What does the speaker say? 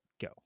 Go